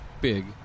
big